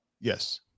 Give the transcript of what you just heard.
Yes